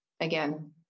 again